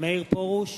מאיר פרוש,